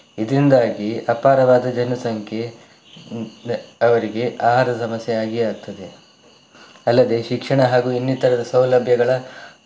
ಇದರಿಂದಾಗಿ ಅಪಾರವಾದ ಜನಸಂಖ್ಯೆ ಅವರಿಗೆ ಆಹಾರದ ಸಮಸ್ಯೆ ಆಗಿಯೇ ಆಗ್ತದೆ ಅಲ್ಲದೆ ಶಿಕ್ಷಣ ಹಾಗೂ ಇನ್ನಿತರದ ಸೌಲಭ್ಯಗಳ